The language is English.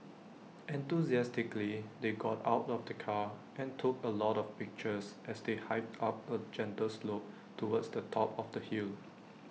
enthusiastically they got out of the car and took A lot of pictures as they hiked up A gentle slope towards the top of the hill